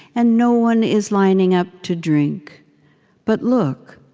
and no one is lining up to drink but look!